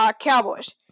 Cowboys